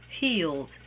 healed